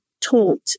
taught